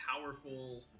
powerful